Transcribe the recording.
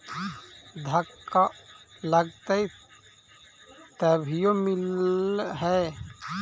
धक्का लगतय तभीयो मिल है?